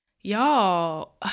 Y'all